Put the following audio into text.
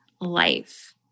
life